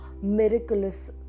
miraculous